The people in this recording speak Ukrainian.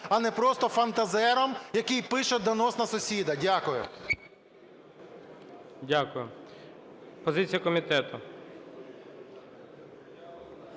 а не просто фантазером, який пише донос на сусіда. Дякую. ГОЛОВУЮЧИЙ. Дякую. Позиція комітету.